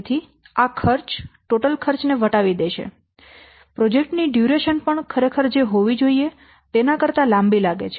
તેથી આ ખર્ચ ટોટલ ખર્ચ ને વટાવી દેશે પ્રોજેક્ટ ની ડ્યૂરેશન પણ ખરેખર જે હોવી જોઈએ તેના કરતા લાંબી લાગે છે